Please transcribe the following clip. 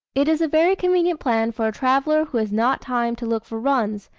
it is a very convenient plan for a traveller who has not time to look for runs,